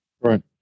Right